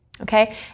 okay